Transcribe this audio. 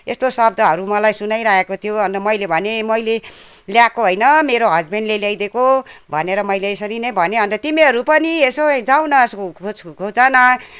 यस्तो शब्दहरू मलाई सुनाइरहेको थियो अन्त मैले भनेँ मैले ल्याएको होइन मेरो हसबेन्डले ल्याइदिएको भनेर मैले यसरी नै भनेँ अन्त तिमीहरू पनि यसो जाऊ न खोज न